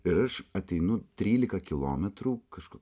ir aš ateinu trylika kilometrų kažku